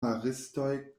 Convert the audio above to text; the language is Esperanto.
maristoj